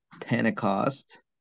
Pentecost